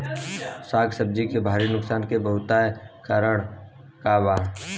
साग सब्जी के भारी नुकसान के बहुतायत कारण का बा?